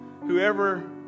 whoever